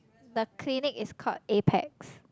the clinic is called Apax